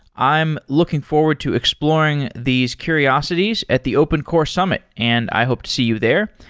i'm looking forward to exploring these curiosities at the open core summit and i hope to see you there.